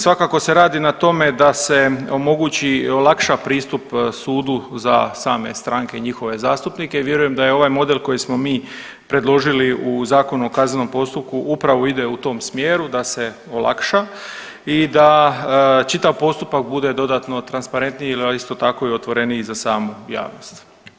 Svakako se radi na tome da se omogući i olakša pristup sudu za same stranke i njihove zastupnike i vjerujem da je ovaj model koji smo mi predložili u Zakonu u kaznenom postupku upravo ide u tom smjeru da se olakša i da čitav postupak bude dodatno transparentniji ali isto tako i otvoreniji za samu javnost.